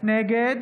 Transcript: נגד